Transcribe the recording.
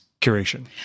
curation